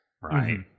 right